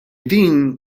din